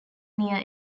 near